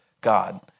God